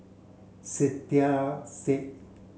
Saiedah Said